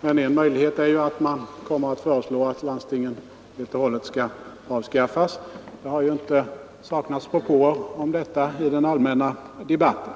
Det är möjligt, att man kommer att föreslå att landstingen helt och hållet skall avskaffas. Det har ju inte saknats propåer om detta i den allmänna debatten.